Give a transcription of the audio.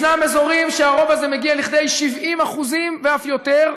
ישנם אזורים שהרוב הזה מגיע לכדי 70% ואף יותר,